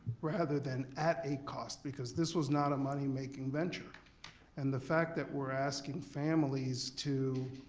rather than at a cost because this was not a money making venture and the fact that we're asking families to,